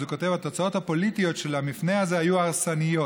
אז הוא כותב: "התוצאות הפוליטיות של המפנה הזה היו הרסניות.